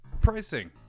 pricing